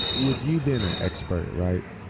with you being an expert, right,